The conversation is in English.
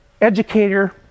educator